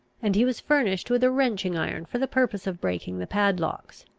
and he was furnished with a wrenching-iron for the purpose of breaking the padlocks.